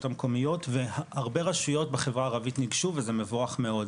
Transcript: המקומיות והרבה רשויות בחברה הערבית ניגשו וזה מבורך מאוד,